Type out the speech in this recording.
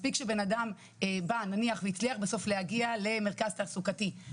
מספיק שבן אדם בא נניח והצליח בסוף להגיע למרכז תעסוקתי,